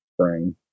spring